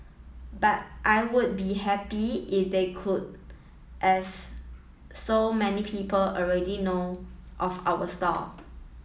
but I would be happy if they could as so many people already know of our stall